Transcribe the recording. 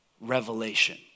revelation